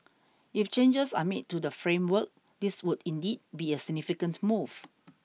if changes are made to the framework this would indeed be a significant move